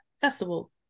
festival